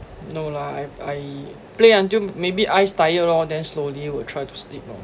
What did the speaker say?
no lah I I play until maybe eyes tired lor then slowly will try to sleep lor